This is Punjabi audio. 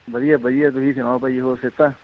ਵਧੀਆ ਵਧੀਆ ਤੁਸੀਂ ਸੁਣਾਓ ਭਾਅ ਜੀ ਹੋਰ ਸਿਹਤਾਂ